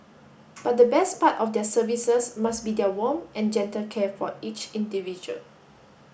but the best part of their services must be their warm and gentle care for each individual